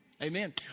Amen